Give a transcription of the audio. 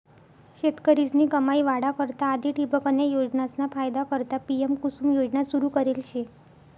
शेतकरीस्नी कमाई वाढा करता आधी ठिबकन्या योजनासना फायदा करता पी.एम.कुसुम योजना सुरू करेल शे